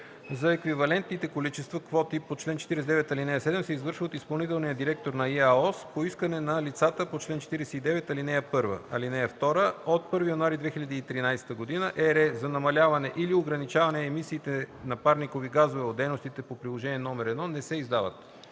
за еквивалентните количества квоти по чл. 49, ал. 7 се извършва от изпълнителния директор на ИАОС по искане на лицата по чл. 49, ал. 1. (2) От 1 януари 2013 г., ЕРЕ за намаляване или ограничаване емисиите на парникови газове от дейностите по приложение № 1, не се издават.”